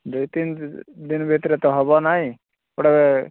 ଦୁଇ ତିନ ଦିନ ଭିତରେ ତ ହେବ ନାହିଁ ଗୋଟିଏ